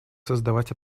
создавать